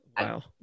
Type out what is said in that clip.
Wow